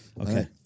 Okay